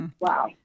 Wow